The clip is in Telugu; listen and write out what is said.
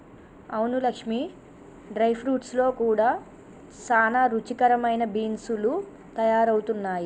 అవును లక్ష్మీ డ్రై ఫ్రూట్స్ లో కూడా సానా రుచికరమైన బీన్స్ లు తయారవుతున్నాయి